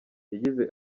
yagize